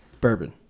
bourbon